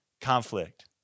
conflict